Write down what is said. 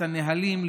את הנהלים,